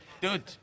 Dude